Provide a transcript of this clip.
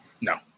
no